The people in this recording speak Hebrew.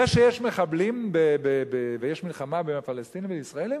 זה שיש מחבלים ויש מלחמה בין הפלסטינים לישראלים,